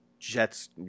Jets